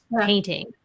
painting